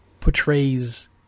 portrays